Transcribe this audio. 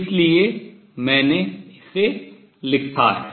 इसलिए मैंने इसे लिखा है